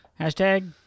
Hashtag